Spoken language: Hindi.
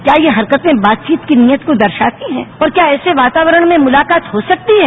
क्या ये हरकते बातचीत की नीयत को दर्शाती हैं और क्या ऐसे वातावरण में मुलाकात हो सकती है